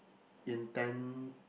intend